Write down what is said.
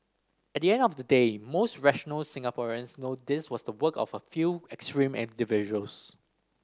at the end of the day most rational Singaporeans know this was the work of a few extreme individuals